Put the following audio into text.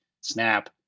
snap